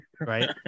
right